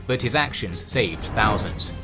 but his actions saved thousands.